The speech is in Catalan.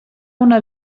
una